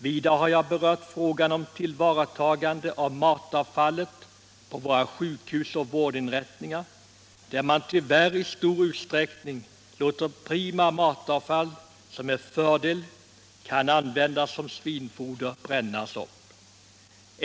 Vidare har jag berört frågan om tillvaratagande av matavfall på våra sjukhus och vårdinrättningar, där man tyvärr i stor utsträckning låter prima matavfall, som med fördel kan användas som svinfoder, brännas upp.